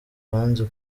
banze